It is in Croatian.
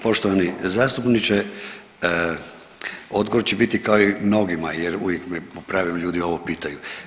Poštovani zastupniče, odgovor će biti kao i mnogima jer uvijek me pravi ljudi ovo pitaju.